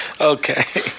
Okay